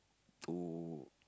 to